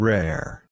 Rare